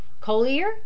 Collier